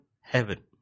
heaven